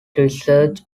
research